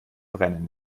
brennen